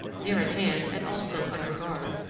near at hand, and also under guard,